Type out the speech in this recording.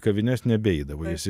į kavines nebeeidavo